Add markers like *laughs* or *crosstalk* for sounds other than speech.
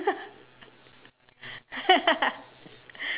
*laughs*